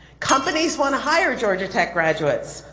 companies want to hire georgia tech graduates,